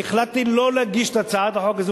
אני החלטתי לא להגיש את הצעת החוק הזאת